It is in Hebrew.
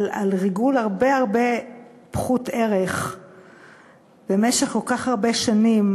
ריגול הרבה הרבה פחות-ערך במשך כל כך הרבה שנים,